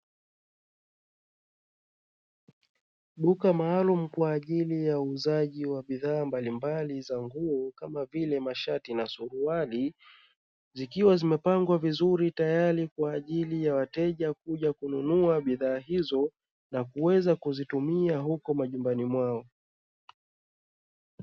Duka maalumu kwa ajili ya uuzaji wa bidhaa mbalimbali za nguo kama vile mashati na suruali, zikiwa zimepangwa vizuri tayari kwa ajili ya wateja kuja kununua bidhaa hizo na kuweza kuzitumia huko majumbani mwao.